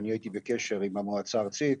אני הייתי בקשר עם המועצה הארצית,